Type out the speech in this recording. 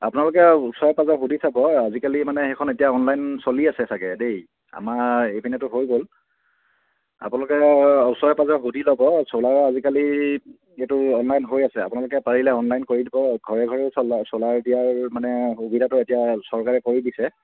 আপোনালোকে ওচৰে পাঁজৰে সুধি চাব আজিকালি মানে সেইখন এতিয়া অনলাইন চলি আছে চাগৈ দেই আমাৰ এইপিনেটো হৈ গ'ল আপোনালোকে ওচৰে পাঁজৰে সুধি ল'ব চ'লাৰৰ আজিকালি এইটো অনলাইন হৈ আছে আপোনালোকে পাৰিলে অনলাইন কৰি দিব ঘৰে ঘৰেও চ'লাৰ দিয়াৰ মানে সুবিধাটো এতিয়া চৰকাৰে কৰি দিছে